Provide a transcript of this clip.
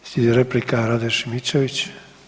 Slijedeća replika Rade Šimičević.